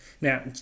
Now